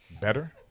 Better